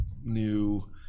new